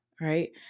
right